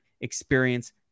experience